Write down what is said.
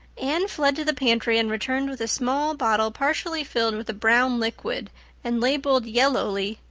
anne fled to the pantry and returned with a small bottle partially filled with a brown liquid and labeled yellowly,